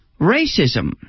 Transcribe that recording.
racism